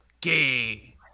Gay